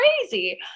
crazy